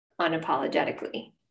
unapologetically